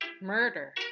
Murder